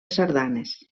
sardanes